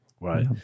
right